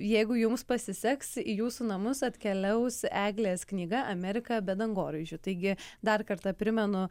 jeigu jums pasiseks į jūsų namus atkeliaus eglės knyga amerika be dangoraižių taigi dar kartą primenu